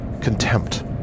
Contempt